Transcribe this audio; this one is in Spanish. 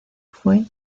fue